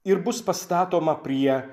ir bus pastatoma prie